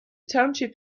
township